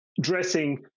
Dressing